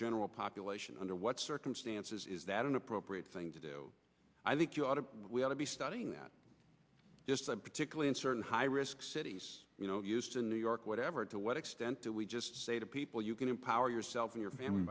general population under what circumstances is that an appropriate thing to do i think you ought to be studying that just particularly in certain high risk cities you know used in new york whatever to what extent do we just say to people you can empower yourself in your family